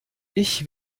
ich